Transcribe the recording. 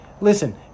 listen